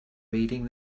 reading